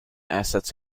assets